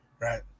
Right